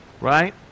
Right